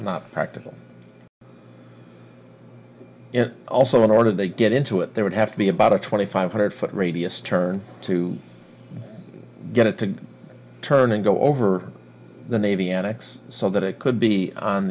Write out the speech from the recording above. not practical and also in order to get into it there would have to be about a twenty five hundred foot radius turn to get it to turn and go over the navy and x so that it could be on